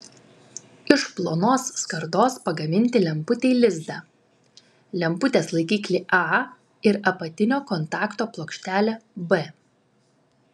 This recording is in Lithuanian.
iš plonos skardos pagaminti lemputei lizdą lemputės laikiklį a ir apatinio kontakto plokštelę b